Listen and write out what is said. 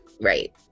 right